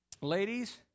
Ladies